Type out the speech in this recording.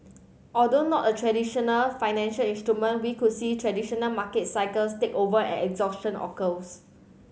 although not a traditional financial instrument we could see traditional market cycles take over and exhaustion occurs